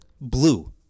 Blue